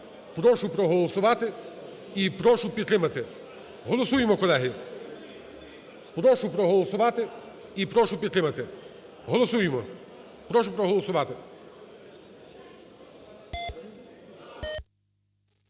Прошу проголосувати і прошу підтримати. Голосуємо, колеги. Прошу проголосувати і прошу підтримати. Голосуємо. Прошу проголосувати.